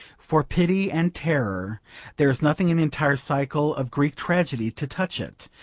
for pity and terror there is nothing in the entire cycle of greek tragedy to touch it.